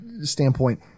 standpoint